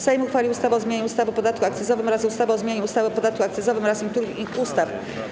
Sejm uchwalił ustawę o zmianie ustawy o podatku akcyzowym oraz ustawy o zmianie ustawy o podatku akcyzowym oraz niektórych innych ustaw.